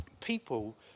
people